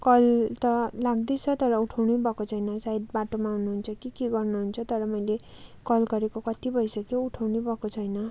call त लाग्दै छ तर उठाउनु भएको छैन सायद बाटोमा हुनु हुन्छ कि के गर्नु हुन्छ तर मैले कल गरेको कति भइसक्यो उठाउनु भएको छैन